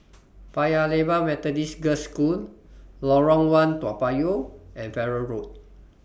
Paya Lebar Methodist Girls' School Lorong one Toa Payoh and Farrer Road